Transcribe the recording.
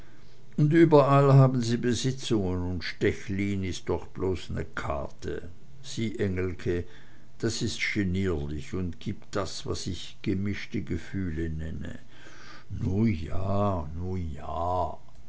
und überall haben sie besitzungen und stechlin ist doch bloß ne kate sieh engelke das is genierlich und gibt das was ich gemischte gefühle nenne nu ja nu ja